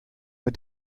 mit